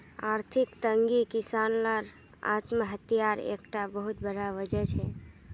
आर्थिक तंगी किसान लार आत्म्हात्यार एक टा बहुत बड़ा वजह छे